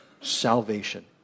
salvation